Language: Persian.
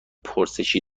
پرسشی